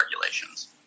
regulations